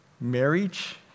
marriage